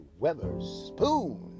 Weatherspoon